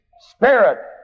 spirit